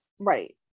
right